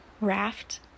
raft